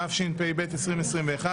התשפ"ב-2021,